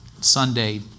Sunday